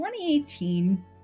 2018